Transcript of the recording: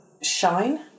shine